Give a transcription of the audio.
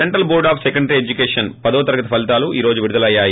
central board of secondary education CBSE పదో తరగతి ఫలితాలు ఈ రోజు విడుదలయ్యాయి